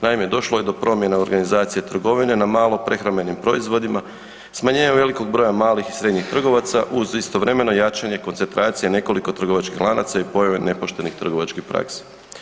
Naime, došlo je do promjena u organizaciji trgovine na malo prehrambenih proizvodima, smanjenjem velikog broja malih i srednjih trgovaca uz istovremeno jačanje koncentracije nekoliko trgovačkih lanaca i pojave nepoštenih trgovačkih praksi.